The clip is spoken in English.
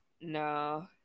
No